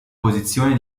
posizione